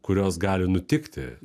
kurios gali nutikti